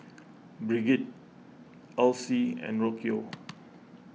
Brigid Elsie and Rocio